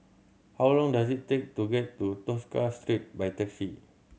how long does it take to get to Tosca Street by taxi